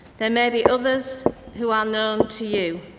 there may be others who are known to you.